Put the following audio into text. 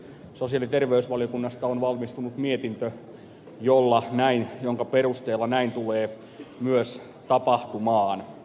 sosiaali ja terveysvaliokunnasta on valmistunut mietintö jonka perusteella näin tulee myös tapahtumaan